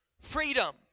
freedom